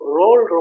role